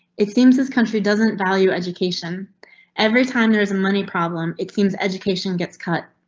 it seems this country doesn't value education every time there is a money problem. it seems education gets cut.